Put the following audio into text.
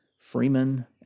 Freeman